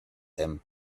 him